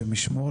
השם ישמור,